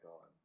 on